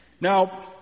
Now